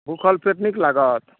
भुखल पेट नीक लागत